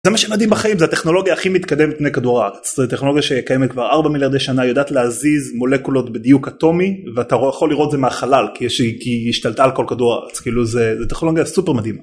זה מה שמדהים בחיים זה הטכנולוגיה הכי מתקדמת על פני כדור הארץ, זה טכנולוגיה שקיימת כבר 4 מיליארדי שנה יודעת להזיז מולקולות בדיוק אטומי, ואתה יכול לראות זה מהחלל כי השתלטה על כל כדור הארץ כאילו זה טכנולוגיה סופר מדהימה.